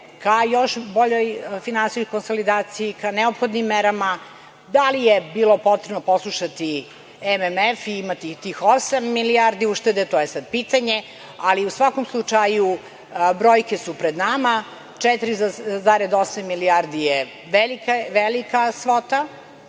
ka još boljoj finansijskoj konsolidaciji, ka neophodnim merama. Da li je bilo potrebno poslušati MMF i imati i tih osam milijardi uštede, to je sad pitanje. U svakom slučaju, brojke su pred nama, 4,8 milijardi je velika svota,